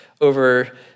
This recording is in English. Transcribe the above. over